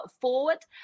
forward